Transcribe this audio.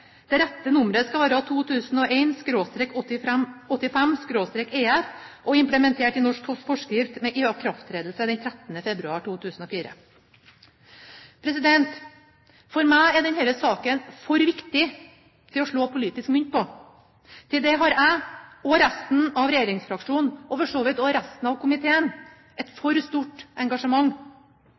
Det rette nummeret skal være 2001/85/EF, og implementert i norsk forskrift med ikrafttredelse den 13. februar 2004. For meg er denne saken for viktig til å slå politisk mynt på. Til det har jeg – og resten av regjeringsfraksjonen, og for så vidt også resten komiteen – et for stort engasjement.